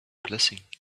blessing